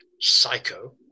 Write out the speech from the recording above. psycho